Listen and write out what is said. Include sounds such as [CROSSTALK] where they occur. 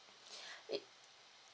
[BREATH] it